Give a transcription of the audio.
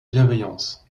bienveillance